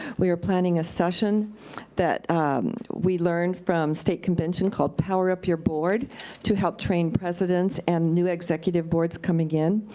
we are planning a session that we learn from state convention called power up your board to help train presidents and executive boards coming in.